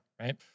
right